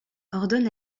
ordonne